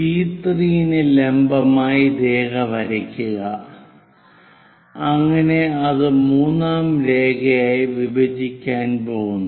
പി3 ന് ലംബമായി രേഖ വരയ്ക്കുക അങ്ങനെ അത് മൂന്നാം രേഖയുമായി വിഭജിക്കാൻ പോകുന്നു